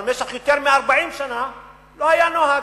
אבל במשך יותר מ-40 שנה לא היה נוהג,